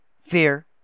fear